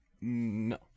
No